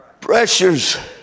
Pressures